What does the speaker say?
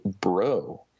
bro